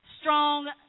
strong